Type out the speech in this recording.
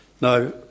Now